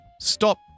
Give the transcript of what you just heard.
stop